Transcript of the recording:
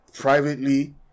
privately